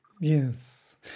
yes